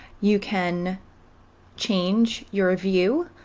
you can change your view